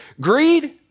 greed